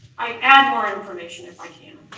i add more information if i can.